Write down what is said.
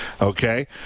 Okay